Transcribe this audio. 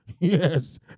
Yes